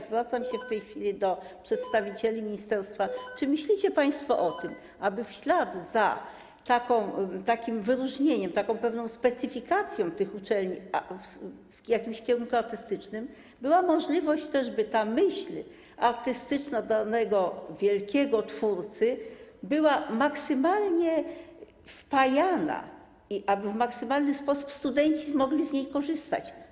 Zwracam się w tej chwili do przedstawicieli ministerstwa: Czy myślicie państwo o tym, aby w ślad za takim wyróżnieniem, pewną specyfikacją tych uczelni w jakimś kierunku artystycznym, szła też możliwość, by ta myśl artystyczna danego wielkiego twórcy była maksymalnie wpajana i by w maksymalny sposób studenci mogli z niej korzystać?